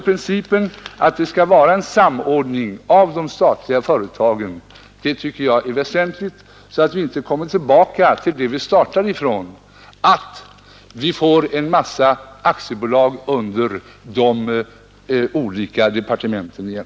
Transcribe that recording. Principen att det skall vara en samordning av de statliga företagen tycker jag är väsentlig, så att vi inte kommer tillbaka till det vi startade ifrån och får en massa aktiebolag under de olika departementen igen.